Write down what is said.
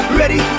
ready